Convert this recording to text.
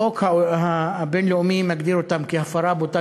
החוק הבין-לאומי מגדיר אותן כהפרה בוטה